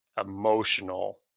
emotional